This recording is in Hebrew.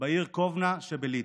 בעיר קובנה שבליטא.